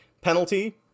penalty